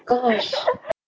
oh gosh